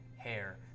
Hair